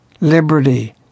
liberty